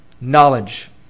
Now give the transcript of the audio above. knowledge